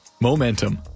Momentum